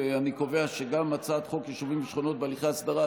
אני קובע שגם הצעת חוק יישובים ושכונות בהליכי הסדרה,